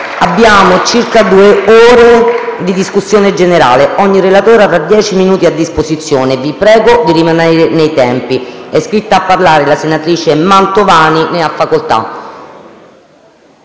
previste circa due ore di discussione generale. Ciascun oratore avrà dieci minuti a disposizione. Vi prego di rimanere nei tempi. È iscritta a parlare la senatrice Mantovani. Ne ha facoltà.